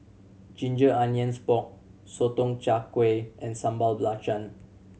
ginger onions pork Sotong Char Kway and Sambal Belacan